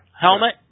helmet